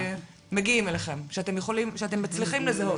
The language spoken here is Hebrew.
שמגיעים אליכם, שאתם מצליחים לזהות?